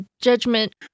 judgment